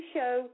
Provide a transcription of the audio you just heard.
Show